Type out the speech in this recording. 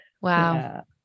Wow